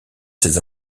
ces